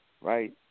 right